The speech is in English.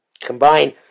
combine